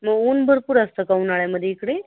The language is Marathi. मग ऊन भरपूर असतं का उन्हाळ्यामध्ये इकडे